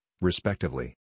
respectively